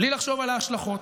בלי לחשוב על ההשלכות,